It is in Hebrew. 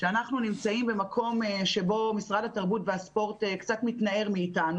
אנחנו נמצאים במקום שבו משרד התרבות והספורט קצת מתנער מאיתנו.